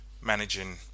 managing